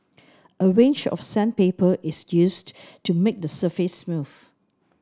a range of sandpaper is used to make the surface smooth